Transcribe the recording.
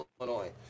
Illinois